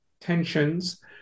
tensions